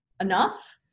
enough